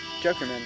Jokerman